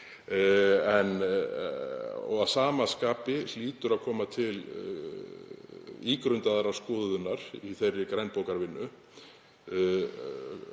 Að sama skapi hlýtur að koma til ígrundaðrar skoðunar í þeirri grænbókarvinnu